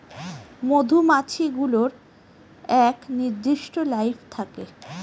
মধুমাছি গুলোর এক নির্দিষ্ট লাইফ থাকে